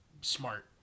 smart